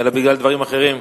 אלא בגלל דברים אחרים.